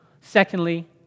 Secondly